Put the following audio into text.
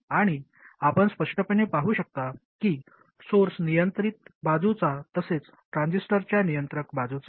आणि आपण स्पष्टपणे पाहू शकता की सोर्स नियंत्रित बाजूचा तसेच ट्रान्झिस्टरच्या नियंत्रक बाजूचा आहे